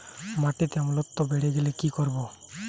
মাটিতে অম্লত্ব বেড়েগেলে কি করব?